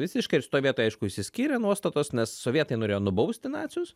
visiškai ir šitoj vietoj aišku išsiskyrė nuostatos nes sovietai norėjo nubausti nacius